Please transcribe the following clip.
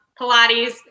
Pilates